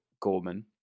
Gorman